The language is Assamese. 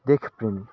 দেশপ্ৰেমিক